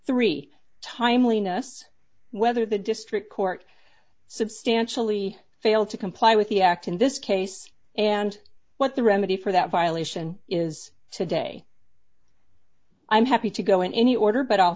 three timeliness whether the district court substantially failed to comply with the act in this case and what the remedy for that violation is today i'm happy to go in any order but i'll